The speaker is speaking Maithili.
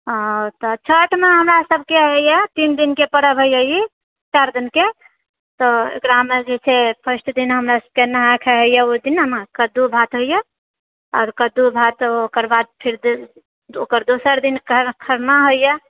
तऽ छठिमे हमरा सभके होइए तीन दिनकेँ परब होइए ई चारि दिनके तऽ एकरामे जे छै फर्स्ट दिन हमरा सभकेँ होइए नहाए खाए ओहि दिन ने कद्दू भात होइए आओर कद्दू भात ओकर बाद फिर ओकर दोसर दिन खरना होइए